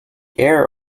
air